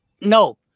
no